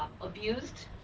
abused